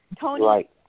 Tony